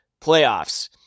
playoffs